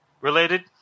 Related